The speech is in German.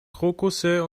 krokusse